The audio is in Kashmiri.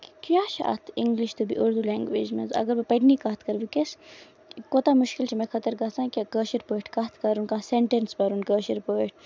کیاہ چھُ اَتھ اِنگلِش تہٕ بیٚیہِ اردوٗ لینگویج منٛز اَگر بہٕ پَنٕنی کَتھ کرٕ وٕنکیس کوٗتاہ مُشکِل چھُ مےٚ خٲطرٕ گژھان کٲشِر پٲٹھۍ کَتھ کَرُن کانٛہہ سینٹینس پَرُن کٲشِر پٲٹھۍ